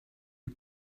you